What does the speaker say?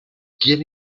quién